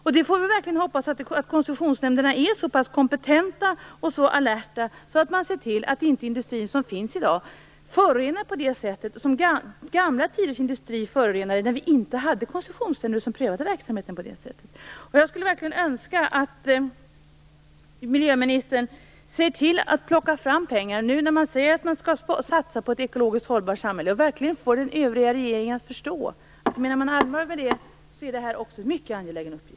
Vi får verkligen hoppas att koncessionsnämnderna är så pass kompetenta och alerta att de kan se till att industrin som finns i dag inte förorenar på det sätt som gamla tiders industri gjorde, när det inte fanns koncessionsnämnder som prövade verksamheten. Jag önskar verkligen att miljöministern ser till att plocka fram pengar nu när man säger att man skall satsa på ett ekologiskt hållbart samhälle. Jag hoppas att hon verkligen får den övriga regeringen att förstå att om man menar allvar med det här är det också en mycket angelägen uppgift.